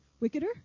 Wickeder